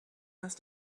must